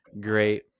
great